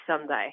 Sunday